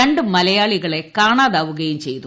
രണ്ട് മലയാളികളെ കാണാതാവുകയും ചെയ്തു